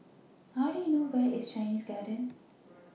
How Do YOU know Where IS Chinese Garden